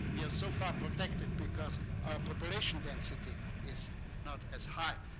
we have so far protected because our population density is not as high.